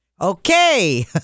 Okay